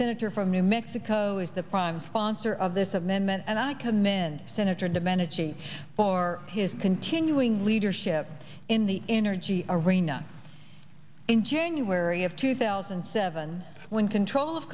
senator from new mexico is the prime foster of this amendment and i commend senator domenici for his continuing leadership in the energy arena in january of two thousand and seven when control of